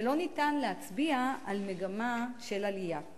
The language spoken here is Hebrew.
ולא ניתן להצביע על מגמה של עלייה.